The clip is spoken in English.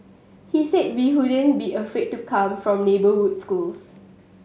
he said we wouldn't be afraid to come from neighbourhood schools